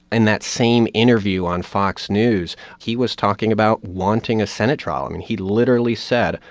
in that same interview on fox news, he was talking about wanting a senate trial. and he literally said,